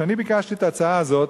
כשאני ביקשתי את ההצעה הזאת,